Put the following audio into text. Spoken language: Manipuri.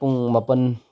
ꯄꯨꯡ ꯃꯥꯄꯟ